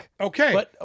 Okay